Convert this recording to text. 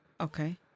Okay